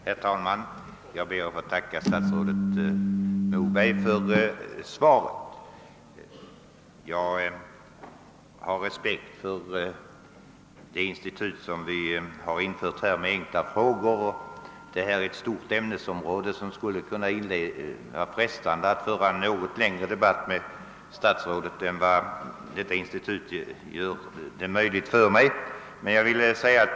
Herr talman! Jag ber att få tacka statsrådet Moberg för svaret. Frågan gäller ett stort ämnesområde, och det skulle vara frestande att ta upp en läng re debatt med statsrådet än vad institutet med enkla frågor gör möjligt.